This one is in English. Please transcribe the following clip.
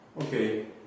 Okay